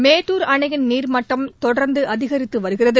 மேட்டூர் அணையின் நீர்மட்டம் தொடர்ந்து அதிகரித்து வருகிறது